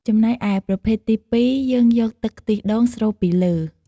ចំណែកឯប្រភេទទីពីរ យើងយកទឹកខ្ទិះដូងស្រូបពីលើ។